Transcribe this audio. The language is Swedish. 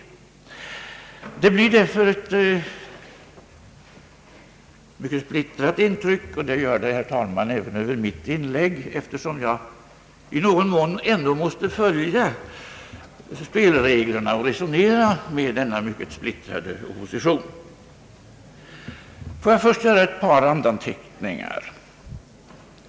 Debatten gör därför ett mycket splittrat intryck, och det gör, herr talman, även mitt inlägg, eftersom jag i någon mån ändå måste följa spelreglerna och resonera med denna mycket splittrade opposition. Får jag först göra ett par randanteckningar.